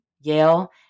Yale